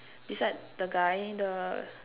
beside the guy the